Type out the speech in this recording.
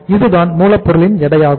இதுதான் மூலப் பொருளின் எடை ஆகும்